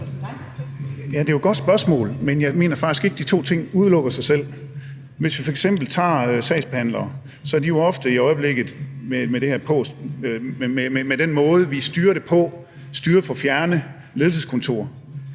Det er jo et godt spørgsmål, men jeg mener faktisk ikke, at de to ting udelukker hinanden. Hvis vi f.eks. tager sagsbehandlere, er de jo ofte med den måde, vi styrer det på i øjeblikket, styret fra fjerne ledelseskontorer.